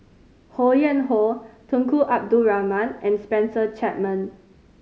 Ho Yuen Hoe Tunku Abdul Rahman and Spencer Chapman